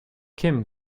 kim